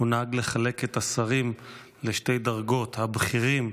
הוא נהג לחלק את השרים לשתי דרגות: הבכירים,